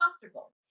comfortable